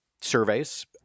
surveys